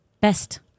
Best